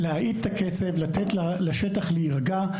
להאט את הקצב, לתת לשטח להירגע.